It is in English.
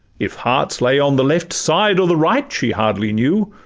if hearts lay on the left side or the right she hardly knew,